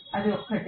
అది ఒక్కటే